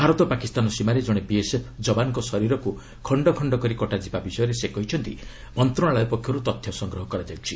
ଭାରତ ପାକିସ୍ତାନ ସୀମାରେ ଜଣେ ବିଏସ୍ଏଫ୍ ଯବାନ୍ଙ୍କ ଶରୀରକୁ ଖଣ୍ଡ ଖଣ୍ଡ କରି କଟାଯିବା ବିଷୟରେ ସେ କହିଛନ୍ତି ମନ୍ତ୍ରଣାଳୟ ପକ୍ଷରୁ ତଥ୍ୟ ସଂଗ୍ରହ କରାଯାଇଛି